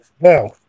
Now